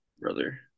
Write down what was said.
brother